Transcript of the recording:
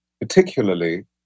particularly